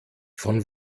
von